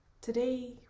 Today